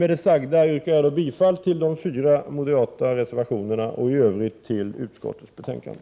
Med det anförda yrkar jag bifall till de fyra moderata reservationerna och i Övrigt till hemställan i utskottets betänkande.